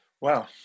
Wow